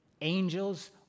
angels